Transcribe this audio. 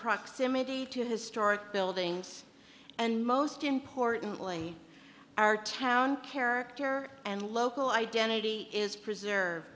proximity to historic buildings and most importantly our town character and local identity is preserved